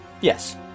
Yes